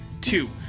two